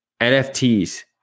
NFTs